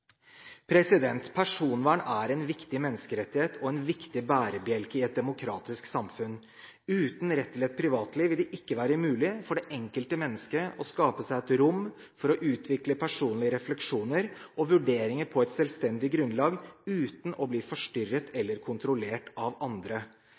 Personvern er en viktig menneskerettighet og en viktig bærebjelke i et demokratisk samfunn. Uten rett til et privatliv vil det ikke være mulig for det enkelte menneske å skape seg et rom for å utvikle personlige refleksjoner og vurderinger på et selvstendig grunnlag uten å bli forstyrret